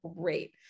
great